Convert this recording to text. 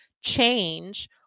change